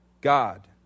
God